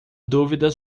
dúvida